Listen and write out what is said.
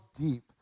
deep